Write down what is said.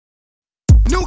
New